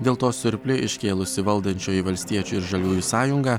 dėl to surplį iškėlusi valdančioji valstiečių ir žaliųjų sąjunga